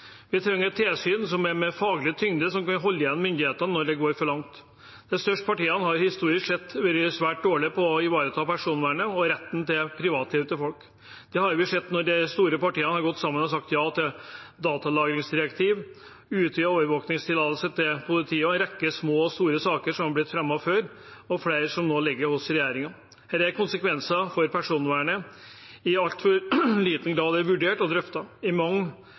Vi trenger et tilsyn med faglig tyngde som kan holde igjen myndighetene når det går for langt. De største partiene har historisk sett vært svært dårlige på å ivareta personvernet og folks rett til privatliv. Det har vi sett når de store partiene har gått sammen og sagt ja til datalagringsdirektiv og utvidet overvåkningstillatelse til politiet, og i en rekke små og store saker som er blitt fremmet før, og flere som nå ligger hos regjeringen. Her er konsekvenser for personvernet i altfor liten grad vurdert og drøftet. I mange